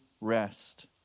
rest